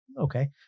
Okay